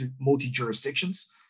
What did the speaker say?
multi-jurisdictions